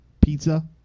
Pizza